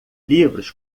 livros